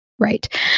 Right